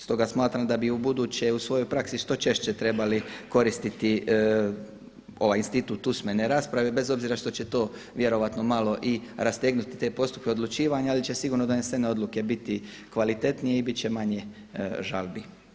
Stoga smatram da bi ubuduće u svojoj praksi što češće trebali koristiti ovaj institut usmene rasprave bez obzira što će to vjerojatno malo i rastegnuti te postupke odlučivanja, ali će sigurno donesene odluke biti kvalitetnije i bit će manje žalbi.